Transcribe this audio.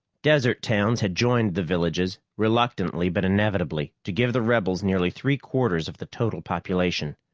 desert towns had joined the villages, reluctantly but inevitably, to give the rebels nearly three-quarters of the total population.